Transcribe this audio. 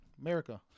America